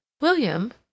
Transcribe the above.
william